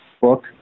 book